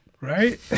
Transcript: Right